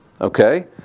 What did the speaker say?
okay